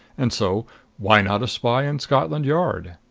and so why not a spy in scotland yard?